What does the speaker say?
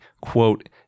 quote